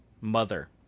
Mother